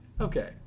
Okay